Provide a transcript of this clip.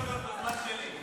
תן לו את הזמן שלי.